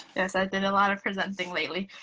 yes, i did a lot of presenting lately.